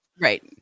Right